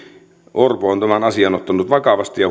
orpo on tämän asian ottanut vakavasti